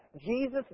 Jesus